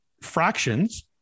fractions